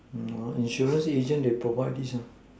insurance agent they provide this